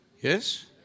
Yes